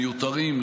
מיותרים,